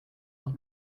del